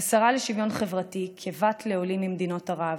כשרה לשוויון חברתי כבת לעולים ממדינות ערב,